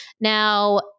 Now